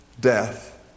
death